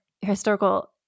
historical